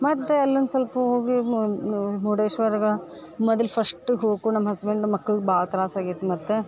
ಮತ್ತು ಅಲ್ಲಿ ಒಂದು ಸ್ವಲ್ಪ ಹೋಗಿ ಮುರ್ಡೇಶ್ವರಕ ಮೊದ್ಲು ಫಶ್ಟಗೆ ಹೋಗಕ್ಕೂ ನಮ್ಮ ಹಸ್ಬೆಂಡ್ ಮಕ್ಳಗೆ ಭಾಳ ತ್ರಾಸು ಆಗೈತೆ ಮತ್ತು